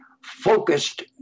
focused